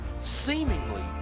seemingly